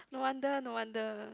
no wonder no wonder